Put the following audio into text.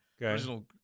Original